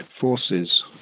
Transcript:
forces